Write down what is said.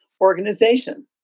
organization